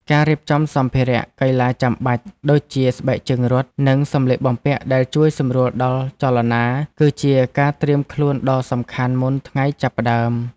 ការរៀបចំសម្ភារៈកីឡាចាំបាច់ ដូចជាស្បែកជើងរត់ និងសម្លៀកបំពាក់ដែលជួយសម្រួលដល់ចលនា គឺជាការត្រៀមខ្លួនដ៏សំខាន់មុនថ្ងៃចាប់ផ្ដើម។